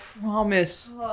promise